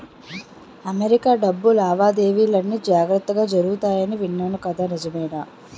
America డబ్బు లావాదేవీలన్నీ జాగ్రత్తగా జరుగుతాయని విన్నాను కదా నిజమే